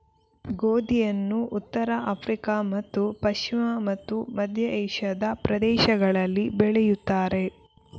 ಗೋಧಿಯನ್ನು ಉತ್ತರ ಆಫ್ರಿಕಾ ಮತ್ತು ಪಶ್ಚಿಮ ಮತ್ತು ಮಧ್ಯ ಏಷ್ಯಾದ ಪ್ರದೇಶಗಳಲ್ಲಿ ಬೆಳೆಯುತ್ತಾರೆ